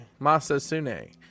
Masasune